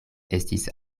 estis